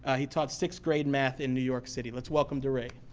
ah he taught sixth grade math in new york city. let's welcome deray.